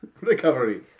recovery